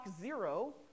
zero